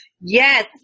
Yes